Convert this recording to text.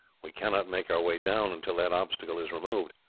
we cannot make our way down until that obstacle is removed.